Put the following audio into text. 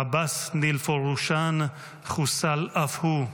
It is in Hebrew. עבאס נילפורושאן, חוסל אף הוא.